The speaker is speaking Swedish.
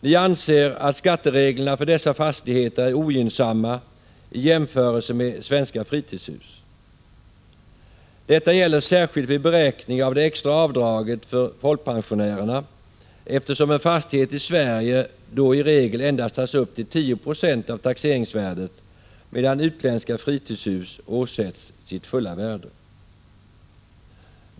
Vi anser att skattereglerna för dessa fastigheter är ogynnsamma i jämförelse med reglerna för svenska fritidshus. Detta gäller särskilt vid beräkning av det extra avdraget för folkpensionärer, eftersom en fastighet i Sverige då i regel endast tas upp till 10 96 av taxeringsvärdet medan utländska fritidshus åsätts sitt fulla värde.